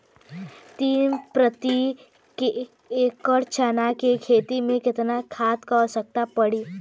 तीन प्रति एकड़ चना के खेत मे कितना खाद क आवश्यकता पड़ी?